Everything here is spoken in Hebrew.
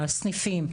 הסניפים,